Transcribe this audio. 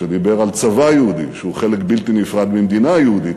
שדיבר על צבא יהודי שהוא חלק בלתי נפרד ממדינה יהודית,